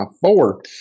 four